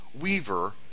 Weaver